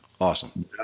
Awesome